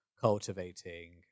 cultivating